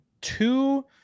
two